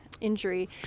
injury